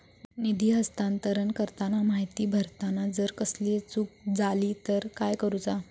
निधी हस्तांतरण करताना माहिती भरताना जर कसलीय चूक जाली तर काय करूचा?